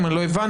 אני לא הבנתי,